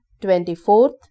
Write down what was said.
twenty-fourth